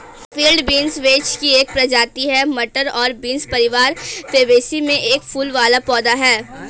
field beans vetch की एक प्रजाति है, मटर और बीन परिवार फैबेसी में एक फूल वाला पौधा है